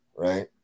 Right